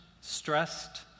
stressed